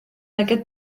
aquest